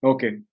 Okay